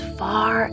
far